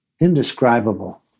indescribable